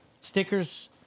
Stickers